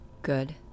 Good